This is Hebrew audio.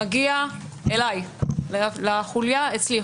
מגיע אלי לחוליה אצלי,